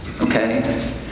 Okay